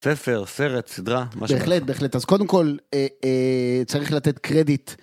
ספר, סרט, סדרה, משהו כזה. בהחלט, בהחלט. אז קודם כל, צריך לתת קרדיט.